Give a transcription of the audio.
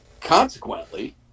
consequently